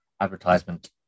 advertisement